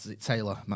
Taylor